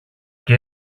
και